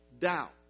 Doubt